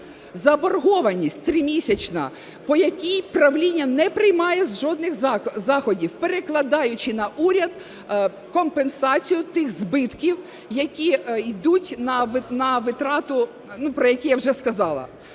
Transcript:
Заборгованість тримісячна, по якій правління не приймає жодних заходів, перекладаючи на уряд компенсацію тих збитків, які йдуть на витрату, про які я вже сказала.